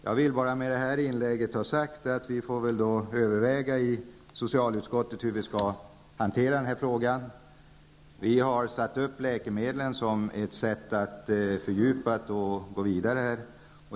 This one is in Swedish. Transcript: Jag vill bara med det här inlägget ha sagt att vi i socialutskottet får överväga hur vi skall hantera läkemedelsfrågorna. Vi skall fördjupa diskussionen och gå vidare.